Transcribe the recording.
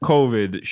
Covid